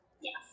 Yes